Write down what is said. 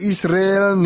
Israel